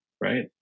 right